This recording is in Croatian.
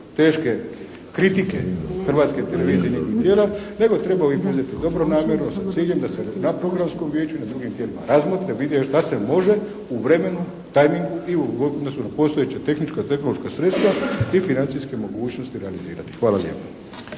teške kritike Hrvatske televizije niti tijela, nego treba uvijek uzeti dobronamjerno sa ciljem da se na Programskom vijeću i na drugim tijelima razmotri, vide šta se može u vremenu, tajmingu i u odnosu na postojeća tehnička, tehnološka sredstva i financijske mogućnosti realizirati. Hvala lijepa.